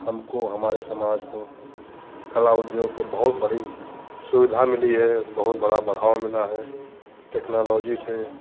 हमको हमारे समाज को कला उद्योग को बहुत बड़ी सुविधा मिली है बहुत बड़ा बढ़ावा मिला है टेक्नोलॉजी से